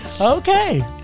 Okay